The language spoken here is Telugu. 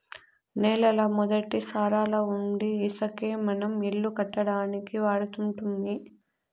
నేలల మొదటి సారాలవుండీ ఇసకే మనం ఇల్లు కట్టడానికి వాడుతుంటిమి